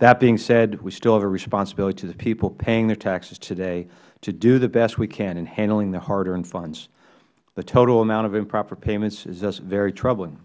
that being said we still have a responsibility to the people paying their taxes today to do the best we can in handling their hard earned funds the total amount of improper payments is very troubling